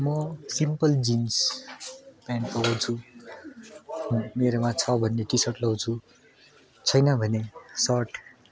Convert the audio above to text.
म simple jeans pant लगाउँछु मेरोमा छ भने टी सर्ट लाउँछु छैन भने सर्ट